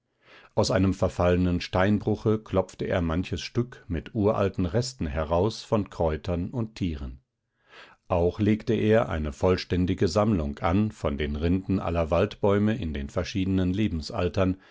aus einem verfallenen steinbruche klopfte er manches stück mit uralten resten heraus von kräutern und tieren auch legte er eine vollständige sammlung an von den rinden aller waldbäume in den verschiedenen lebensaltern